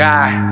God